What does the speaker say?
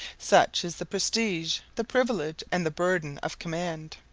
such is the prestige, the privilege, and the burden of command.